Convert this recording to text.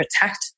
protect